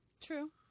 true